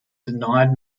denied